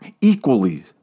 equally